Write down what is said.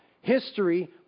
History